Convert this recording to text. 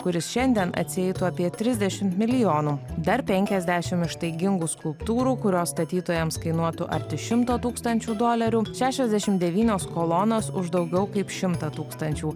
kuris šiandien atsieitų apie trisdešimt milijonų dar penkiasdešim ištaigingų skulptūrų kurios statytojams kainuotų arti šimto tūkstančių dolerių šešiasdešim devynios kolonos už daugiau kaip šimtą tūkstančių